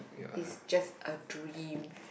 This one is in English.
is just a dream